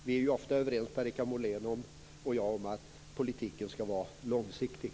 Per-Richard Molén och jag är ju ofta överens om att politiken skall vara långsiktig.